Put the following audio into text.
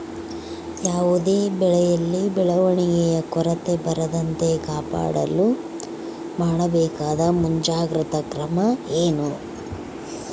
ಯಾವುದೇ ಬೆಳೆಯಲ್ಲಿ ಬೆಳವಣಿಗೆಯ ಕೊರತೆ ಬರದಂತೆ ಕಾಪಾಡಲು ಮಾಡಬೇಕಾದ ಮುಂಜಾಗ್ರತಾ ಕ್ರಮ ಏನು?